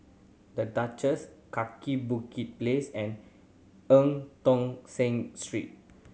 The Duchess Kaki Bukit Place and Eu Tong Sen Street